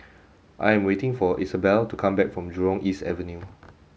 I am waiting for Isabelle to come back from Jurong East Avenue